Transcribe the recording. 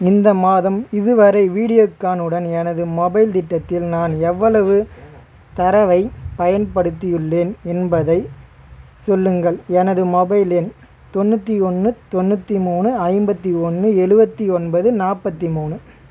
இந்த மாதம் இதுவரை வீடியோகானுடன் எனது மொபைல் திட்டத்தில் நான் எவ்வளவு தரவைப் பயன்படுத்தியுள்ளேன் என்பதை சொல்லுங்கள் எனது மொபைல் எண் தொண்ணூற்றி ஒன்று தொண்ணூற்றி மூணு ஐம்பத்தி ஒன்று எழுவத்தி ஒன்பது நாற்பத்தி மூணு